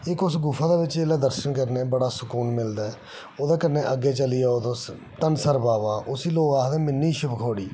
इक्क उस गुफा च दर्शन करने कन्नै बड़ा सकून मिलदा ऐ ओह्दे कन्नै अग्गै चली जाओ तुस धनसर बाबा उसी लोक आखदे मिनी शिवखोड़ी